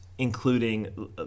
Including